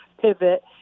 pivot